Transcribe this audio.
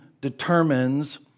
determines